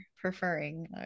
preferring